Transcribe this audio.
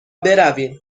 برویم